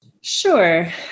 Sure